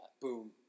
boom